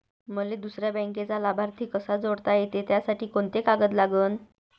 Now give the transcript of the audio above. मले दुसऱ्या बँकेचा लाभार्थी कसा जोडता येते, त्यासाठी कोंते कागद लागन?